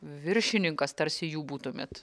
viršininkas tarsi jų būtumėt